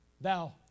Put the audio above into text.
thou